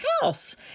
house